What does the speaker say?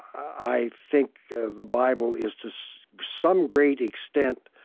i think the the bible is to so some great extent